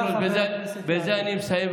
בזה אני מסיים,